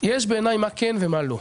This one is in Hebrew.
יש בעיניי מה כן ומה לא.